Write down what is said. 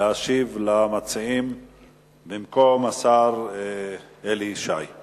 להשיב למציעים במקום השר אלי ישי.